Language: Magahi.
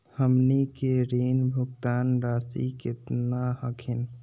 हमनी के ऋण भुगतान रासी केतना हखिन?